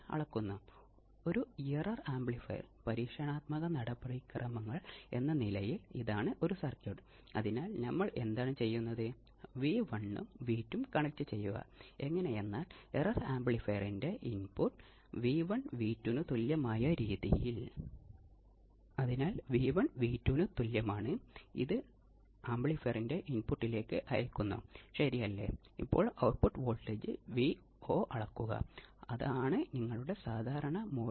അപ്പോൾ നമ്മൾ കണ്ടത് ഘടകത്തെ അടിസ്ഥാനമാക്കി ഔട്ട്പുട്ട് തരംഗത്തെ അടിസ്ഥാനമാക്കി ആവൃത്തിയെ അടിസ്ഥാനമാക്കി ഒക്കെ തരം തിരിക്കാം എന്നാണ്